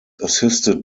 assisted